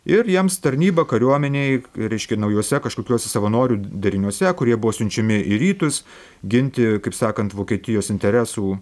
ir jiems tarnyba kariuomenėj reiškia naujuose kažkokiuose savanorių dariniuose kurie buvo siunčiami į rytus ginti kaip sakant vokietijos interesų